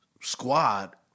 squad